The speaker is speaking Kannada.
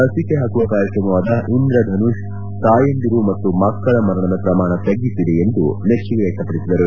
ಲಸಿಕೆ ಹಾಕುವ ಕಾರ್ಯಕ್ರಮವಾದ ಇಂದ್ರಧನುಷ್ ತಾಯಂದಿರು ಮತ್ತು ಮಕ್ಕಳ ಮರಣದ ಪ್ರಮಾಣ ತಗ್ಗಿಸಿದೆ ಎಂದು ಮೆಚ್ಚುಗೆ ವ್ಲಕ್ತಪಡಿಸಿದರು